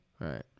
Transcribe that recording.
Right